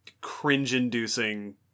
cringe-inducing